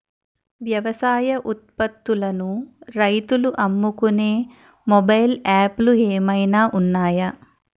వ్యవసాయ ఉత్పత్తులను రైతులు అమ్ముకునే మొబైల్ యాప్ లు ఏమైనా ఉన్నాయా?